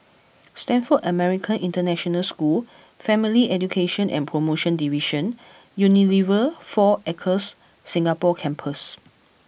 Stanford American International School Family Education and Promotion Division Unilever Four Acres Singapore Campus